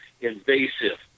invasive